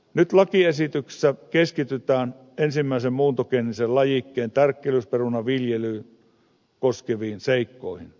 nyt lakiesityksessä keskitytään ensimmäisen muuntogeenisen lajikkeen tärkkelysperunan viljelyyn koskeviin seikkoihin